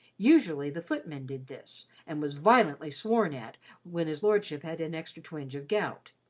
usually, the footman did this, and was violently sworn at when his lordship had an extra twinge of gout.